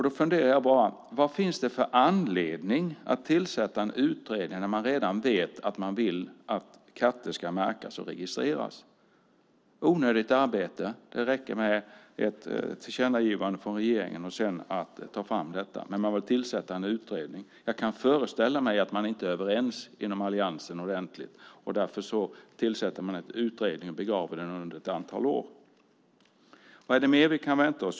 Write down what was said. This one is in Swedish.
Då funderar jag bara: Vad finns det för anledning att tillsätta en utredning när man redan vet att man vill att katter ska märkas och registreras? Det är onödigt arbete. Det räcker med ett tillkännagivande från regeringen. Sedan kan man ta fram detta. Men man vill tillsätta en utredning. Jag kan föreställa mig att man inte är ordentligt överens inom kartellen och därför tillsätter man en utredning och begraver frågan under ett antal år. Vad är det mer vi kan vänta oss?